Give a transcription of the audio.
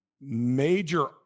major